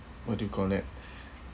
what do you call that